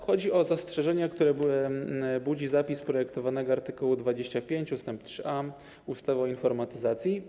Chodzi o zastrzeżenia, które budzi zapis projektowanego art. 25 ust. 3a ustawy o informatyzacji.